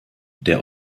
der